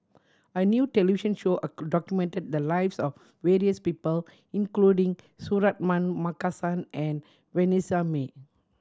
a new television show a documented the lives of various people including Suratman Markasan and Vanessa Mae